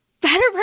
Better